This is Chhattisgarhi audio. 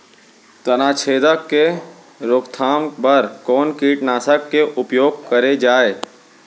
तनाछेदक के रोकथाम बर कोन कीटनाशक के उपयोग करे जाये?